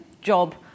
job